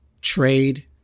trade